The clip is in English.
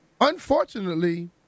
Unfortunately